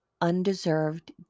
undeserved